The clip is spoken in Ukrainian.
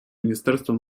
міністерства